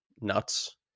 nuts